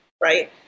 right